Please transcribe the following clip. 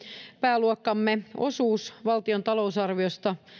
pääluokkamme osuus valtion talousarviosta